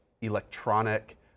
electronic